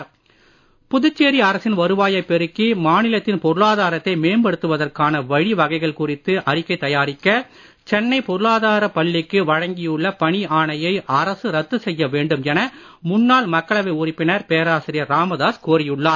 பேராசிரியர் ராமதாஸ் புதுச்சேரி அரசின் வருவாயை பெருக்கி மாநிலத்தின் பொருளாதாரத்தை மேம்படுத்துவதற்கான வழிவகைகள் குறித்து அறிக்கை தயாரிக்க சென்னை பொருளாதார பள்ளிக்கு வழங்கியுள்ள பணி ஆணையை அரசு ரத்து செய்ய வேண்டும் என முன்னாள் மக்களவை உறுப்பினர் பேராசிரியர் ராமதாஸ் கோரியுள்ளார்